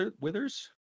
Withers